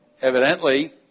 Evidently